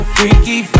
Freaky